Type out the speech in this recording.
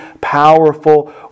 powerful